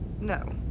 No